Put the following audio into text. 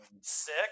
Sick